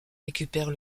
récupèrent